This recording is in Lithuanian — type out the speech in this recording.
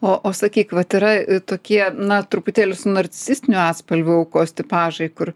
o o sakyk vat yra tokie na truputėlį su narcisistiniu atspalviu aukos tipažai kur